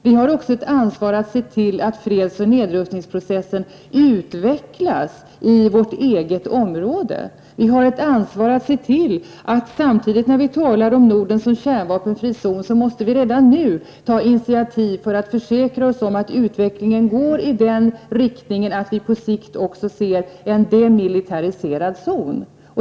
Vi har också ett ansvar att se till att freds och nedrustningsprocessen utvecklas i vårt eget område. Samtidigt som vi talar om Norden som en kärnvapenfri zon måste vi ta initiativ för att försäkra oss om att utvecklingen går i riktning mot en på sikt demilitariserad zon.